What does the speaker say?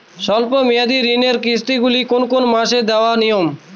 স্বল্প মেয়াদি ঋণের কিস্তি গুলি কোন কোন মাসে দেওয়া নিয়ম?